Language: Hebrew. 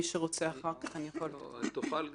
מי שרוצה אחר כך, אני יכול להעביר לו.